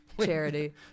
Charity